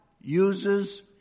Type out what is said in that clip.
uses